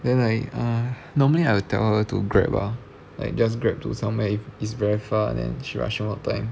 then like uh normally I will tell her to Grab ah like just Grab to somewhere if it's very far then she rushing for time